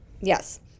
Yes